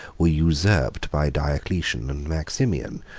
were usurped by diocletian and maximian,